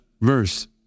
verse